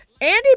Andy